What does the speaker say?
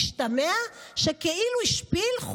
ישתמע שכאילו השפיל,